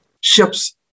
ships